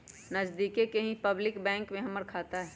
नजदिके के ही पब्लिक बैंक में हमर खाता हई